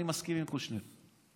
אני מסכים עם קושניר.